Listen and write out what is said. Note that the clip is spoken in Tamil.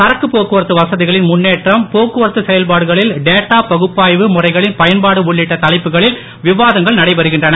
சரக்கு போக்குவரத்து வசதிகளின் முன்னேற்றம் போக்குவரத்து செயல்பாடுகளில் டேட்டா பகுப்பாய்வு முறைகளின் பயன்பாடு உள்ளிட்ட தலைப்புகளில் விவாதங்கள் நடைபெறுகின்றன